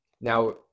now